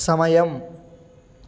సమయం